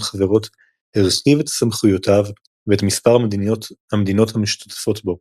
החברות הרחיב את סמכויותיו ואת מספר המדינות המשתתפות בו.